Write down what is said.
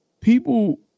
people